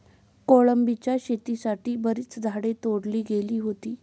कोलंबीच्या शेतीसाठी बरीच झाडे तोडली गेली होती